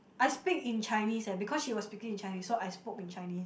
I speak in Chinese eh because she was speaking in Chinese so I spoke in Chinese